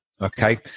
Okay